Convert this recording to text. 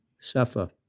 suffer